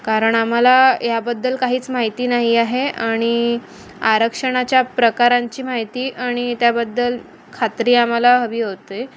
कारण आम्हाला याबद्दल काहीच माहिती नाही आहे आणि आरक्षणाच्या प्रकारांची माहिती आणि त्याबद्दल खात्री आम्हाला हवी होते